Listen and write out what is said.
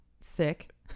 sick